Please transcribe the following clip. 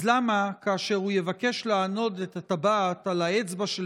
אז למה כאשר הוא יבקש לענוד את הטבעת על האצבע של